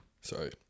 Sorry